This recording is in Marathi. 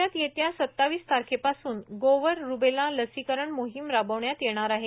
राज्यात येत्या सत्तावीस तारखेपासून गोवर रुबेला लसीकरण मोहीम राबवण्यात येणार आहे